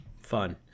Fun